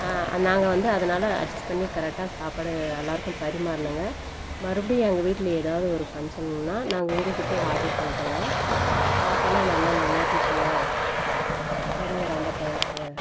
நாங்கள் வந்து அதனால் அஜ்ஜஸ் பண்ணி கரெக்டாக சாப்பாடு எல்லாேருக்கும் பரிமாறினங்க மறுபடியும் எங்கள் வீட்டில் எதாவது ஒரு பங்ஷன்னால் நான் உங்கள் கிட்டே ஆர்ட்ரு பண்ணுறங்க சாப்பாடெலாம் நல்லா நல்லா இருந்ச்சுங்க சரிங்க ரொம்ப தேங்க்ஸ்ங்க